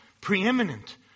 preeminent